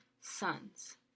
sons